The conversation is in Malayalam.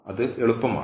അത് എളുപ്പമാണ്